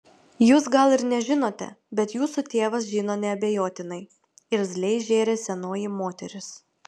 jūs gal ir nežinote bet jūsų tėvas žino neabejotinai irzliai žėrė senoji moteris